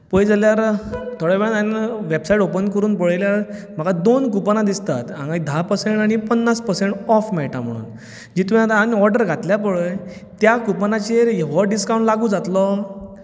पळयत जाल्यार थोड्या वेळान हांवें वॅबसायट ओपन करून पळयल्यार म्हाका दोन कुपनां दिसतात हांगा धा पर्सेंट आनी पन्नास पर्सेंट ऑफ मेळटात म्हणून जी तुवें आतां ऑर्डर घातल्या पळय त्या कुपनाचेर हो डिसकावंट लागू जातलो